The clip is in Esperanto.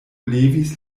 levis